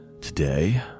Today